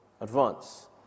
advance